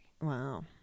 Wow